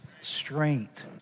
strength